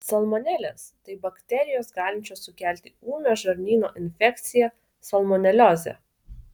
salmonelės tai bakterijos galinčios sukelti ūmią žarnyno infekciją salmoneliozę